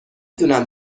دونم